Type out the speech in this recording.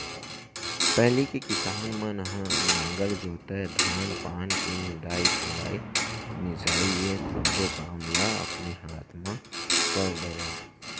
पहिली के किसान मन ह नांगर जोतय, धान पान के निंदई कोड़ई, मिंजई ये सब्बो काम ल अपने हाथ म कर डरय